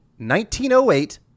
1908